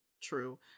true